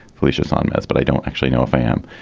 felicia's on that. but i don't actually know afam.